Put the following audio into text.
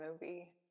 movie